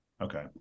okay